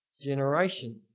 generation